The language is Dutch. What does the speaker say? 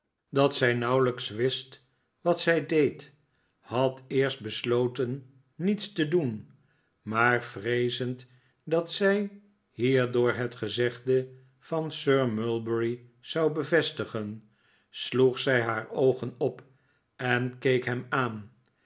dat zij nauwelijks wist wat zij deed had eerst besloten niets te doen maar vreezend dat zij hierdoor het gezegde van sir mulberry zou bevestigen sloeg zij haar oogen op en keek hem aan